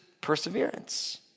perseverance